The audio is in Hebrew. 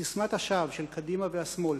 ססמת השווא של קדימה והשמאל,